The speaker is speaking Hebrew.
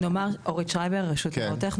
אורית שרייבר, רשות לניירות ערך.